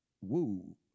Woo